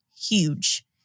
huge